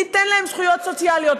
ניתן להם זכויות סוציאליות,